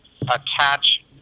attach